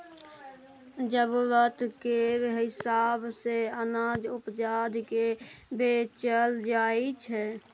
जरुरत केर हिसाब सँ अनाज उपजा केँ बेचल जाइ छै